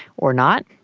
or not.